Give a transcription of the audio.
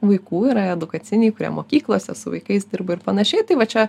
vaikų yra edukaciniai kurie mokyklose su vaikais dirba ir panašiai tai va čia